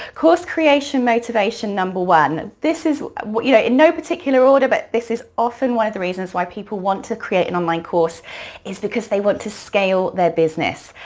course creation motivation number one. this is you know in no particular order, but this is often one of the reasons why people want to create an online course is because they want to scale their business.